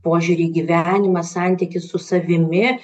požiūrį į gyvenimą santykį su savimi